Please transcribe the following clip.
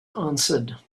answered